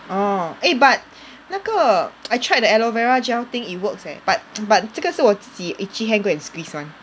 orh eh but 那个 I tried the aloe vera gel thing it works leh but but 这个是我自己 itchy hand go and squeeze [one]